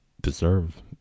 deserve